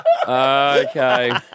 Okay